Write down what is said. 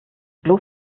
bloß